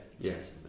yes